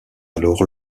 alors